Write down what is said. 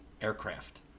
aircraft